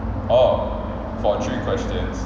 oh for three questions